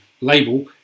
label